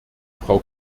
frau